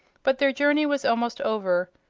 but their journey was almost over,